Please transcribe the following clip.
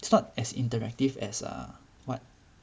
it's not as interactive as err what